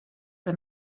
que